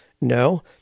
No